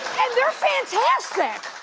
and they're fantastic.